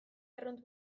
arrunt